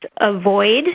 avoid